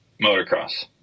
Motocross